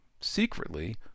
secretly